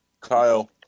Kyle